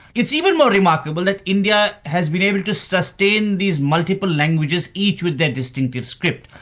it's even more remarkable that india has been able to sustain these multiple languages each with their distinctive script.